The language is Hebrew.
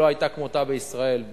שלא היתה כמותה בישראל,